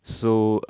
so